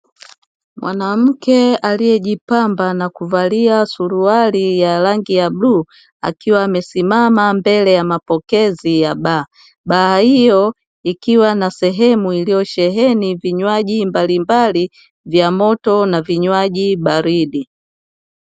Mwanamke aliyejipamba na kuvalia suruali ya rangi ya bluu akiwa amesimama mbele ya mapokezi ya baa. Baa hiyo ikiwa na sehemu iliyosheheni vinywaji mbalimbali vya moto na vinywaji baridi.